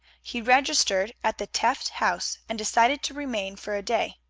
he registered at the tefft house, and decided to remain for a day.